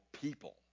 people